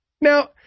Now